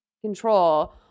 control